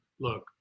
look